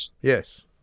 Yes